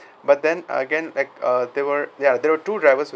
but then again like uh there were ya there were two drivers